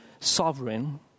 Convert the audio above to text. sovereign